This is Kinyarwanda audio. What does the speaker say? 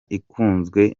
ikunzwe